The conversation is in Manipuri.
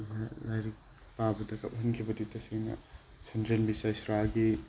ꯂꯥꯏꯔꯤꯛ ꯄꯥꯕꯗ ꯀꯥꯞꯐꯟꯈꯤꯕꯗꯤ ꯇꯁꯦꯡꯅ ꯁꯟꯗ꯭ꯔꯦꯝꯕꯤ ꯆꯩꯁ꯭ꯔꯥꯒꯤ